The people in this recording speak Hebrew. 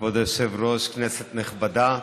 כבוד היושב-ראש, כנסת נכבדה,